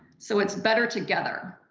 so it's better together.